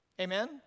Amen